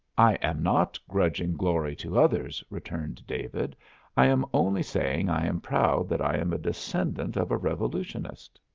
i am not grudging glory to others, returned david i am only saying i am proud that i am a descendant of a revolutionist.